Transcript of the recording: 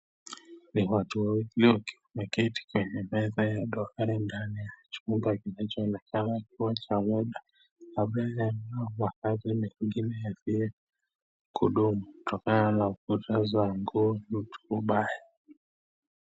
Ni watu walio kiti kwenye meza ya ndani ya chumba kinachoonekana kuwa cha wodi. Habari na nyingine ya kudumu. Toka nguo kubaya.